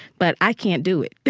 but i can't do it